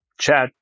chat